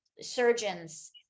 surgeons